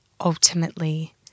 ultimately